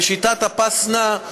בשיטת הפס הנע,